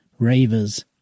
ravers